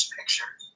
pictures